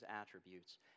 attributes